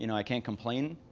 you know i can't complain.